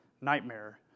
nightmare